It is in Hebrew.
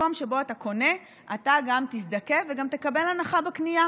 שבמקום שבו אתה קונה אתה גם תזדכה וגם תקבל הנחה בקנייה,